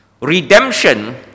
Redemption